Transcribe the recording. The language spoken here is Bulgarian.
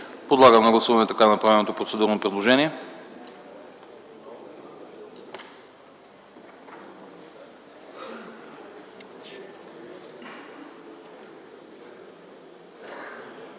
Подлагам на гласуване така направеното процедурно предложение.